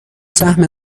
سهم